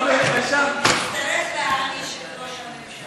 עיסאווי, תצטרף, של ראש הממשלה.